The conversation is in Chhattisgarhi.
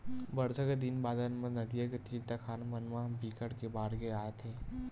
बरसा के दिन बादर म नदियां के तीर तखार मन म बिकट के बाड़गे आथे